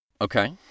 Okay